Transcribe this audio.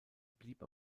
blieb